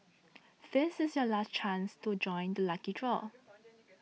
this is your last chance to join the lucky draw